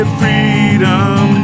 freedom